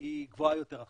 היא גבוהה יותר עכשיו.